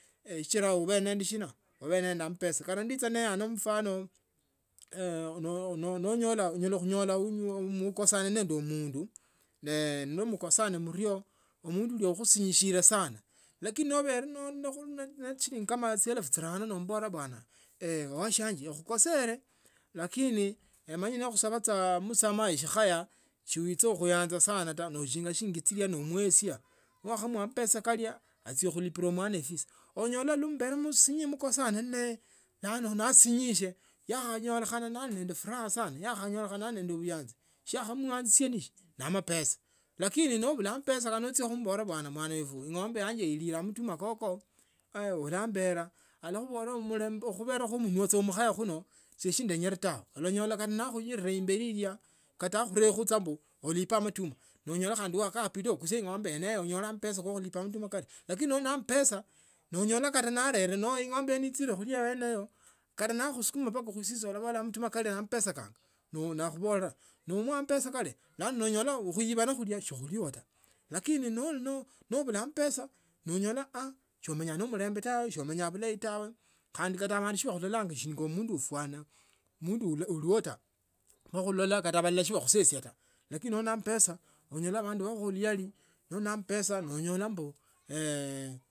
Sichila ubele nendesina ubele nende amapesa kata neyicha nimba mfano onyala khunyola mkosane nende mundu ne nemukosane murio mundu uyo akhusinyisie sana laknini nobele neshilingi chielfu chirano nobola bwana washianze ekhukosele lakini emonya nekhusaba msamaha eshikaya si wicha khuyanza taa no okinga shillingi chila noomuesia newakhumuwa ambesa kalia achia khulipila mwana efisi onyola namubele nimakosane naye bulanonasinyisie yekhanyolekhana bulanonende furaha sana yakhanyolekhana nende buyanzi shiakha muyanzisia ni sina ne amayoesa lakini nobula amayoesa nochia khumbola mwanawefwe ngombuyanje ilile matuma koko kho ulambela alakhubola khupera khumunwa mkhayakuno siesi siendenyele tawe olanyola kata na khunyine mbeli ilya kata akhurekho mbu alipe mamtum nonyolo wakakhusia ng’ombe yene wakhakusia khunyoloimo ambesa kho khulipa amatuma kalya lakni noli na ambesa nonyola kata na alere nomba neuchire khuliya aeneyo kota nakhasukuma mpaka musisyo no onyola natuma kali nende amapesa kanga ne akhubolula noumuwa amapesa. Kalya noonyola khuibola sikhulio taa lakini hobula ambesa nonyola aah somenya ne mulembe tawe semenya bulayi tawe khandi bandu sibakhulora shinga mundu ufware mundu ulu ta kata olola ahandi si bakhusesia taa lakini noli na ambesa nonyola abardii bakhulia luyali noli na ambesa nonyola mbu eeh.